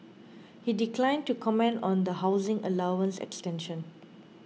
he declined to comment on the housing allowance extension